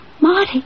Marty